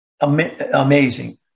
amazing